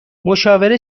مشاوره